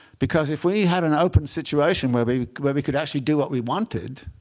because if we had an open situation where we where we could actually do what we wanted,